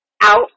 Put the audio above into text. out